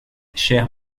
chair